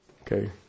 Okay